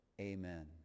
Amen